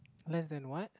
less than what